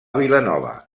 vilanova